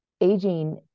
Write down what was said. Aging